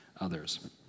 others